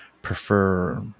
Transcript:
prefer